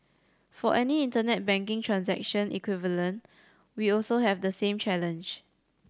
for any Internet banking transaction equivalent we also have the same challenge